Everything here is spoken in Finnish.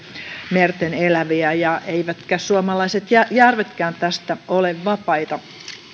merteneläviä eivätkä suomalaiset järvetkään tästä ole vapaita